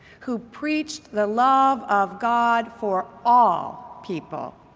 who preached the love of god for all people,